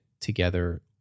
together